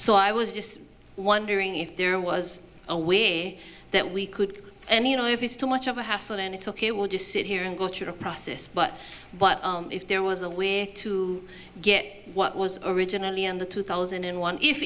so i was just wondering if there was a way that we could and you know if it's too much of a hassle and it's ok we'll just sit here and go through the process but what if there was a way to get what was originally on the two thousand and one if